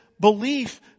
belief